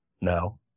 No